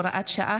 הוראת שעה),